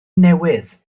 newydd